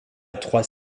trois